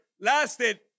lasted